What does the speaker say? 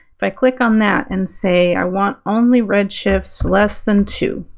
if i click on that and, say i want only red shifts less than two,